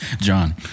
John